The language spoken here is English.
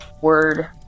word